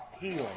healing